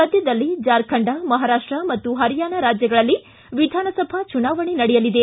ಸದ್ಭದಲ್ಲೇ ಜಾರ್ಖಂಡ ಮಹಾರಾಷ್ಟ ಮತ್ತು ಪರಿಯಾಣ ರಾಜ್ಯಗಳಲ್ಲಿ ವಿಧಾನಸಭಾ ಚುನಾವಣೆ ನಡೆಯಲಿದೆ